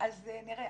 אז נראה.